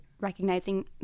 recognizing